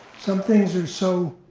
some things are so